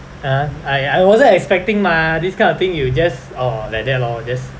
!huh! I I wasn't expecting mah this kind of thing you just oh like that lor just